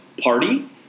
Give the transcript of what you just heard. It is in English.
party